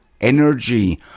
energy